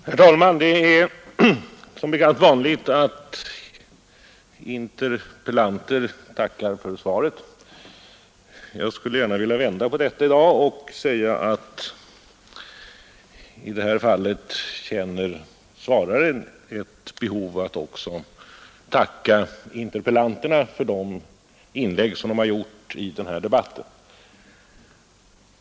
Herr talman! Det är som bekant vanligt att interpellanter tackar för svaret. Jag skulle gärna vilja vända på detta i dag och säga, att i det här fallet känner svararen ett behov att också tacka interpellanterna för de inlägg som de har gjort i debatten.